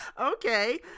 Okay